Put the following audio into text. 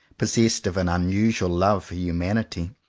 possessed of an unusual love for humanity,